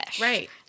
Right